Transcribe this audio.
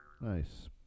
Nice